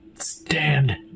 stand